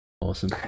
awesome